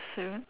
seven